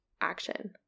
action